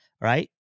right